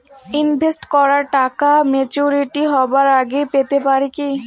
Invest করা টাকা maturity হবার আগেই পেতে পারি কি?